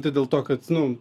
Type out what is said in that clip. tai dėl to kad nu